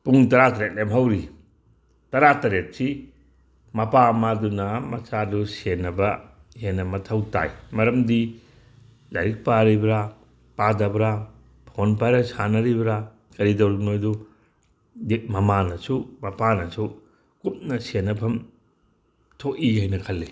ꯄꯨꯡ ꯇꯔꯥ ꯇꯔꯦꯠ ꯂꯦꯝꯍꯧꯔꯤ ꯇꯔꯥ ꯇꯔꯦꯠꯁꯤ ꯃꯄꯥ ꯃꯃꯥꯗꯨꯅ ꯃꯆꯥꯗꯨ ꯁꯦꯟꯅꯕ ꯍꯦꯟꯅ ꯃꯊꯧ ꯇꯥꯏ ꯃꯔꯝꯗꯤ ꯂꯥꯏꯔꯤꯛ ꯄꯥꯔꯤꯕ꯭ꯔꯥ ꯄꯥꯗꯕ꯭ꯔꯥ ꯐꯣꯟ ꯄꯥꯏꯔ ꯁꯥꯟꯅꯔꯤꯕ꯭ꯔꯥ ꯀꯔꯤ ꯇꯧꯔꯤꯕꯅꯣ ꯍꯥꯏꯗꯨ ꯃꯃꯥꯅꯁꯨ ꯃꯄꯥꯅꯁꯨ ꯀꯨꯞꯅ ꯁꯦꯟꯅꯐꯝ ꯊꯣꯛꯏ ꯍꯥꯏꯅ ꯈꯜꯂꯤ